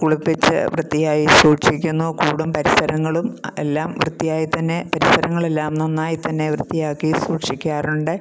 കുളിപ്പിച്ച് വൃത്തിയായി സൂക്ഷിക്കുന്നു കൂടും പരിസരങ്ങളും എല്ലാം വൃത്തിയായി തന്നെ പരിസരങ്ങൾ എല്ലാം നന്നായി തന്നെ വൃത്തിയാക്കി സൂക്ഷിക്കാറുണ്ട്